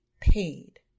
paid